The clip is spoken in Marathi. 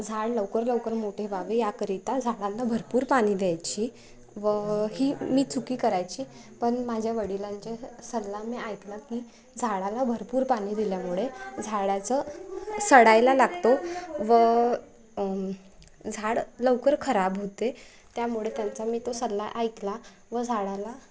झाड लवकर लवकर मोठे व्हावे याकरिता झाडांना भरपूर पाणी द्यायची व ही मी चुकी करायची पण माझ्या वडिलांचा सल्ला मी ऐकला की झाडाला भरपूर पाणी दिल्यामुळे झाडाचं सडायला लागतो व झाड लवकर खराब होते त्यामुळे त्यांचा मी तो सल्ला ऐकला व झाडाला